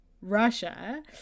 Russia